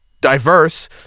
diverse